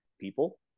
people